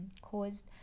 caused